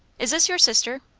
is this your sister?